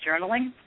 journaling